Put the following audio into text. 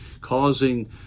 causing